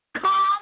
Come